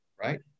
right